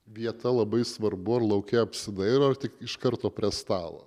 vieta labai svarbu ar lauke apsidairo ar tik iš karto prie stalo